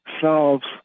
solves